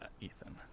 Ethan